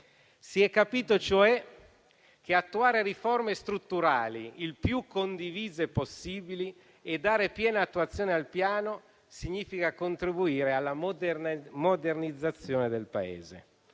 Si è capito cioè che attuare riforme strutturali il più condivise possibile e dare piena attuazione al Piano significa contribuire alla modernizzazione del Paese.